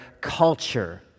culture